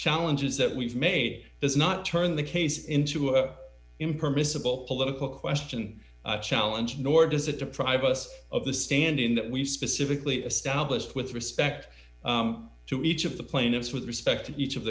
challenges that we've made does not turn the case into an impermissible political question challenge nor does it deprive us of the standing that we specifically established with respect to each of the plaintiffs with respect to each of